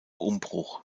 umbruch